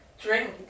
drink